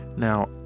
Now